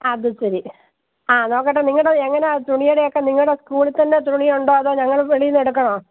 അത് ശരി ആ നോക്കട്ടെ നിങ്ങളുടെ എങ്ങനെയാണ് തുണിയുടെയൊക്കെ നിങ്ങളുടെ സ്കൂളിൽ തന്നെ തുണിയുണ്ടോ അതോ ഞങ്ങൾ വെളിയിൽ നിന്ന് എടുക്കണോ